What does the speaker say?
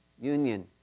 union